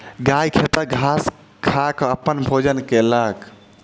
गाय खेतक घास खा के अपन भोजन कयलक